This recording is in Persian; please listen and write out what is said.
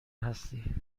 هستی